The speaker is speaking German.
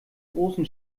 großen